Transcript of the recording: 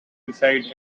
inside